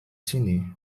sini